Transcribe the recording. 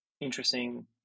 interesting